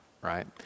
right